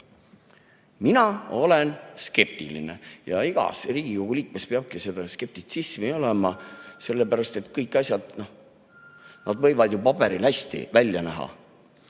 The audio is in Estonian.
Mina olen skeptiline. Ja igas Riigikogu liikmes peabki skeptitsism olema, sellepärast et kõik asjad võivad paberil head välja näha.